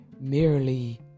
merely